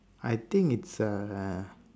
I think it's a